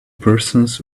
persons